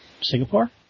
Singapore